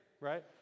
right